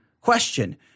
Question